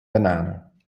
bananen